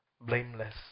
blameless